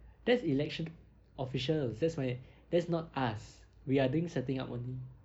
that's election officials that's li~ that's not us we are doing setting up only